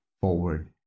forward